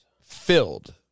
filled